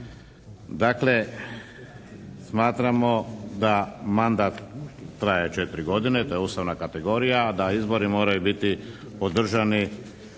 Dakle, smatramo da mandat traje 4 godine, to je ustavna kategorija, a da izbori moraju biti održani